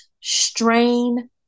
strain